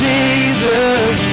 Jesus